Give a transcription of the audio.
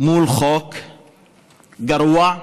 חוק גרוע,